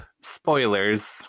spoilers